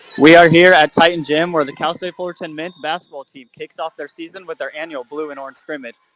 we are here at titan gym where the cal state fullerton men's basketball team kicks off their season with their annual blue and orange scrimmage.